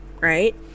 Right